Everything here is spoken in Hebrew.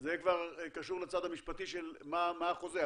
זה כבר קשור לצד המשפטי של מה החוזה.